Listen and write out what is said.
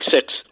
six